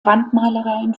wandmalereien